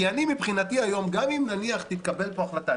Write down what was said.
כי אני מבחינתי היום גם אם נניח תתקבל פה החלטה,